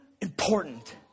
important